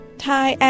thai